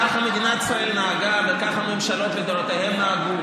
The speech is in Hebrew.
ככה מדינת ישראל נהגה וככה הממשלות לדורותיהן נהגו